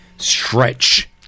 Stretch